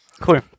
Cool